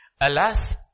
Alas